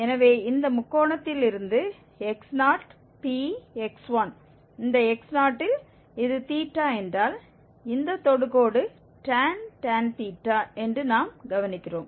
எனவே இந்த முக்கோணத்தில் இருந்து x0 Px1 இந்த x0 ல் இது θ என்றால் இந்த தொடுகோடு tan என்று நாம் கவனிக்கிறோம்